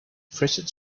pressure